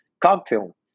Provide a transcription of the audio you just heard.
cocktail